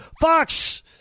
Fox